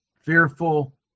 fearful